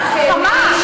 את לא יוצאת חכמה.